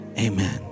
amen